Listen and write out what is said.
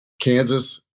Kansas